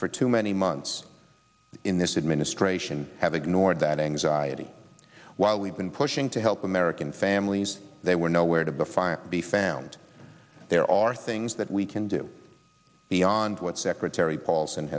for too many months in this administration have ignored that anxiety while we've been pushing to help american families they were nowhere to before be found there are things that we can do beyond what secretary paul